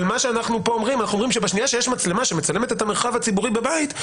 אבל פה אנחנו אומרים שבשנייה שיש מצלמה שמצלמת את המרחב הציבורי בבית,